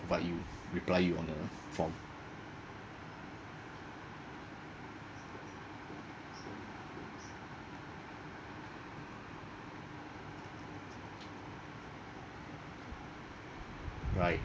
reply you reply on uh form right